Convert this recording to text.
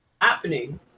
Happening